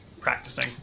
practicing